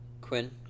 Quinn